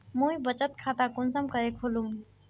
मुई बचत खता कुंसम करे खोलुम?